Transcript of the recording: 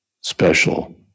special